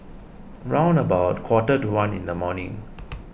round about quarter to one in the morning